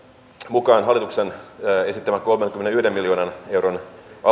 mukaan hallituksen esittämä kolmenkymmenenyhden miljoonan euron